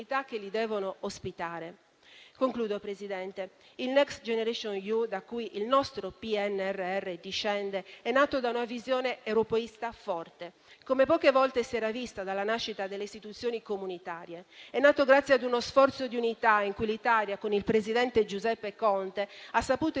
Concludo, signor Presidente. Il Next generation EU, da cui il nostro PNRR discende, è nato da una visione europeista forte, come poche volte si era visto dalla nascita delle istituzioni comunitarie. È nato grazie ad uno sforzo di unità in cui l'Italia, con il presidente Giuseppe Conte, ha saputo